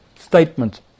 statement